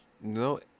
No